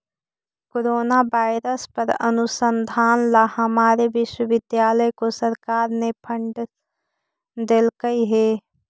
corona virus पर अनुसंधान ला हमारे विश्वविद्यालय को सरकार ने फंडस देलकइ हे